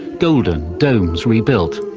golden domes rebuilt.